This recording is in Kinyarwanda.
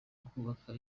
ukubaka